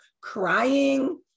crying